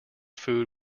food